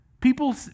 People